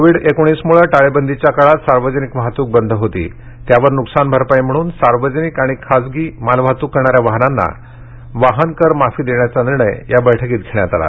कोविडमुळे टाळेबंदीच्या काळात सार्वजनिक वाहतूक बंद असल्याने नुकसान भरपाई म्हणून सार्वजनिक आणि माल वाहतूक करणाऱ्या वाहनांना वाहन कर माफी देण्याचा निर्णय बैठकीत घेण्यात आला